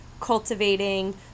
cultivating